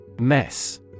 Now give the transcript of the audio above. Mess